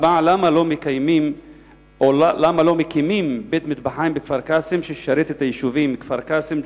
4. למה לא מקימים בית-מטבחיים בכפר-קאסם שישרת את היישובים כפר-קאסם,